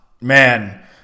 man